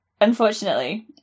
unfortunately